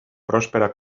pròspera